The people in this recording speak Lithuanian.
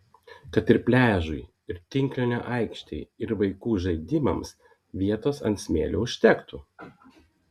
kad ir pliažui ir tinklinio aikštei ir vaikų žaidimams vietos ant smėlio užtektų